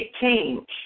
change